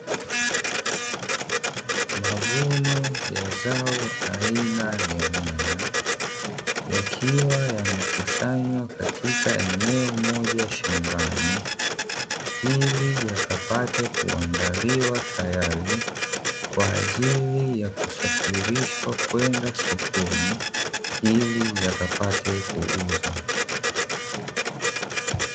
Mavuno ya zao aina ya nyanya yakiwa yamekusanywa katika eneo moja shambani, ili yakapate kuandaliwa tayari kwa ajili ya kusafirishwa kwenda sokoni ili yakapate kuuzwa.